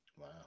Wow